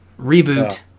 reboot